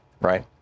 right